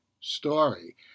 story